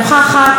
אינה נוכחת,